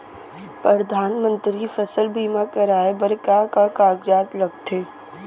परधानमंतरी फसल बीमा कराये बर का का कागजात लगथे?